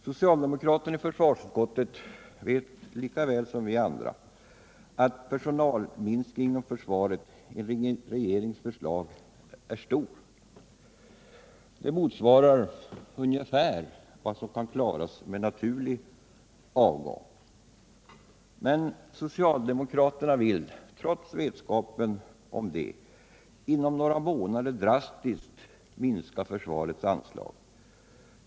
Socialdemokraterna i försvarsutskottet vet lika väl som vi andra att personalminskningen inom försvaret enligt regeringens förslag är stort. Den motsvarar ungefär vad som kan klaras med naturlig avgång. Men socialdemokraterna vill trots vetskapen om detta inom några månader drastiskt minska försvarets anslag.